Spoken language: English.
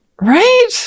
Right